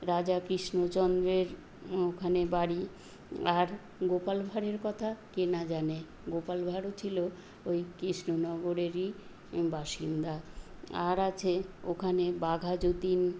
রাজা কৃষ্ণচন্দ্রের ওখানে বাড়ি আর গোপাল ভাঁড়ের কথা কে না জানে গোপাল ভাঁড় ও ছিল ওই কৃষ্ণনগরেরই বাসিন্দা আর আছে ওখানে বাঘা যতীন